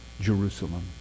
Jerusalem